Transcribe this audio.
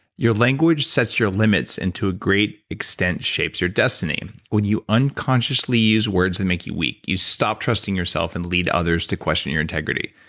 your language sets your limits and to a great extent, shapes your destiny. when you unconsciously use words that make you weak you stop trusting yourself and lead others to questioning your integrity.